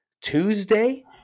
Tuesday